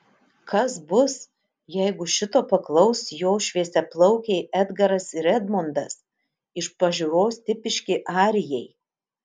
kas bus jeigu šito paklaus jo šviesiaplaukiai edgaras ir edmondas iš pažiūros tipiški arijai